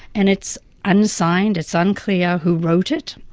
and it's unsigned, it's unclear who wrote it.